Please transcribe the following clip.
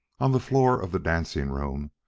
on the floor of the dancing-room,